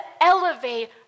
elevate